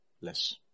less